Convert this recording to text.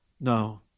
No